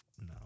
No